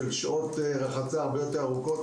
של שעות רחצה הרבה יותר ארוכות.